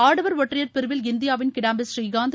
ஆடவர் ஒற்றையர் பிரிவில் இந்தியாவின் கிடாம்பி ஸ்ரீகாந்த்